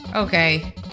Okay